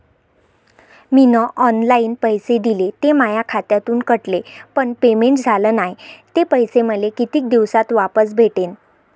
मीन online पैसे दिले, ते माया खात्यातून कटले, पण पेमेंट झाल नायं, ते पैसे मले कितीक दिवसात वापस भेटन?